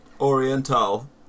Oriental